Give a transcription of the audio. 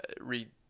read